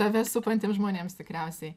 tave supantiems žmonėms tikriausiai